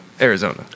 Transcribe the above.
Arizona